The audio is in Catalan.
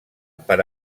per